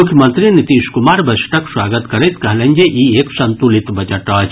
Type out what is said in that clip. मुख्यमंत्री नीतीश कुमार बजटक स्वागत करैत कहलनि जे ई एक संतुलित बजट अछि